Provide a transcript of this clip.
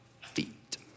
feet